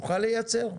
נוכל לייצר.